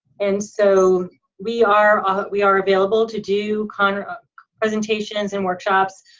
and so we are ah but we are available to do kind of presentations and workshops,